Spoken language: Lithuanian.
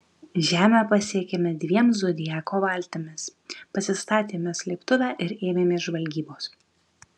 žemę pasiekėme dviem zodiako valtimis pasistatėme slėptuvę ir ėmėmės žvalgybos